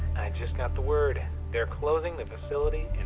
just got the word they're closing the facility and